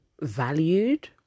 valued